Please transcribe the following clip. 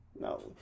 No